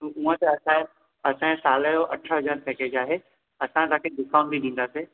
उव त असायो असाये सालयो अठ हज़ार पेकेज आहे असां तांखे दुकान बि डींदासि